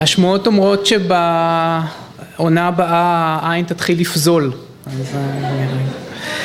‫השמועות אומרות שבעונה הבאה ‫העין תתחיל לפזול.